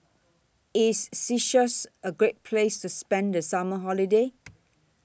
IS Seychelles A Great Place to spend The Summer Holiday